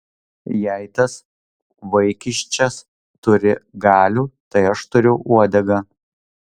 jei tas vaikiščias turi galių tai aš turiu uodegą